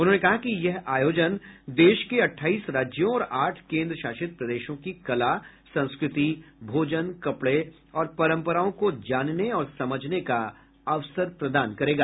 उन्होंने कहा कि यह आयोजन देश के अट्ठाईस राज्यों और आठ केंद्र शासित प्रदेशों की कला संस्कृति भोजन कपड़े और परंपराओं को जानने और समझने का अवसर प्रदान करेगा